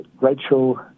Rachel